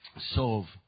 solve